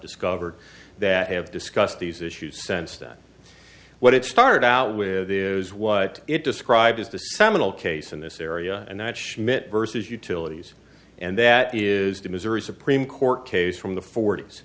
discovered that have discussed these issues sense that what it started out with is what it described as the seminal case in this area and that schmidt versus utilities and that is to missouri supreme court case from the fort